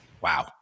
Wow